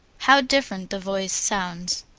how different the voice sounds.